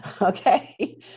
okay